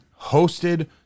hosted